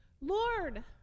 Lord